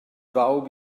bawb